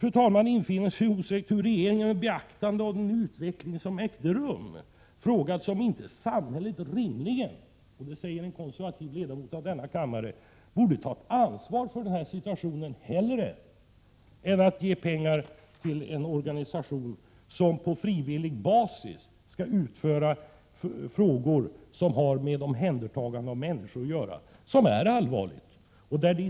Frågan infinner sig osökt: Borde inte regeringen, med beaktande av en utveckling som ägt rum, fråga sig om inte samhället rimligen — och det säger en konservativ ledamot av kammaren — skulle ta ansvar för denna situation hellre än att ge pengar till en organisation som på frivillig basis skall sköta frågor som har med omhändertagande av människor att göra? Det är en allvarlig verksamhet.